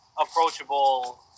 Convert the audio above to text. approachable